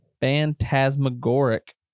phantasmagoric